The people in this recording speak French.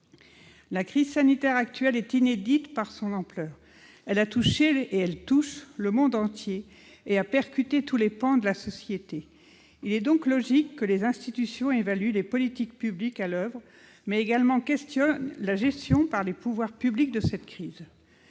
La crise sanitaire actuelle est inédite par son ampleur. Elle a touché le monde entier et percuté tous les pans de la société. Il est donc logique que les institutions évaluent les politiques publiques à l'oeuvre, mais également s'interrogent sur la gestion par les pouvoirs publics de cette crise.